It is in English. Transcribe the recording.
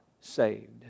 saved